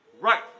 Right